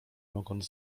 mogąc